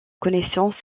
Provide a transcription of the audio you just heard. connaissance